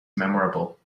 memorable